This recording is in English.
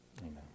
Amen